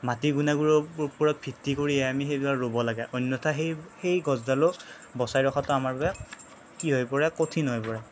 মাটিৰ গুণাগুণৰ ওপৰত ভিত্তি কৰি আমি সেইবিলাক ৰুব লাগে অন্যথা সেই সেই গছডালো বচাই ৰখাতো আমাৰ বাবে কি হৈ পৰে কঠিন হৈ পৰে